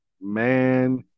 man